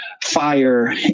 fire